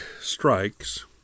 strikes